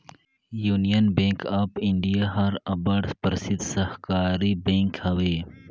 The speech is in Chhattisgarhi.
यूनियन बेंक ऑफ इंडिया हर अब्बड़ परसिद्ध सहकारी बेंक हवे